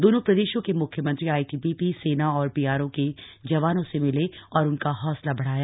दोनों प्रदेशों के मुख्यमंत्री आईटीबीपीए सेना और बीआरओ के जवानों से मिले और उनका हौसला बढ़ाया